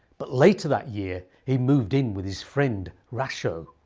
but later that year he moved in with his friend rachou.